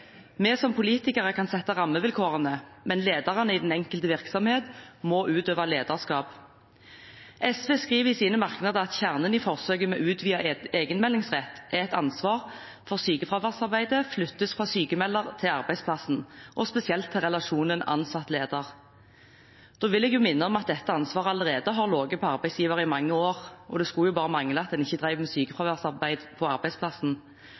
Vi som politikere kan sette rammevilkårene, men ledere i den enkelte virksomhet må utøve lederskap. SV skriver i sine merknader at kjernen i forsøket med utvidet egenmeldingsrett er at ansvar for sykefraværsarbeidet flyttes fra sykmelder til arbeidsplassen, og spesielt til relasjonen ansatt–leder. Da vil jeg minne om at dette ansvaret allerede har ligget på arbeidsgiver i mange år, og det skulle bare mangle at en ikke drev med sykefraværsarbeid på arbeidsplassen.